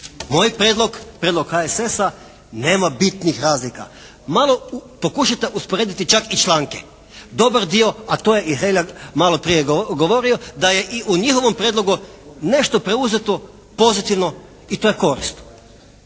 moj prijedlog, prijedlog HSS-a nema bitnih razlika. Malo pokušajte usporediti čak i članke. Dobar dio a to je i Hrelja malo prije govorio da je i u njihovom prijedlogu nešto preuzeto pozitivno i to je korisno.